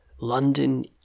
London